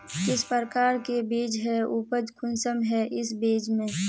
किस प्रकार के बीज है उपज कुंसम है इस बीज में?